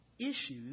issues